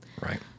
Right